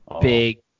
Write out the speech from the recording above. Big